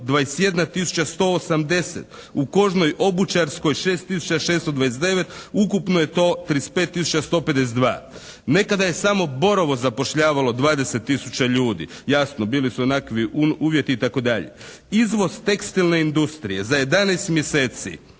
180. U kožnoj obućarskoj 6 tisuća 629. Ukupno je to 35 tisuća 152. Nekada je samo Borovo zapošljavalo 20 tisuća ljudi. Jasno, bili su onakvi uvjeti i tako dalje. Izvoz tekstilne industrije za 11 mjeseci